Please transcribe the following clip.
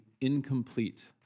incomplete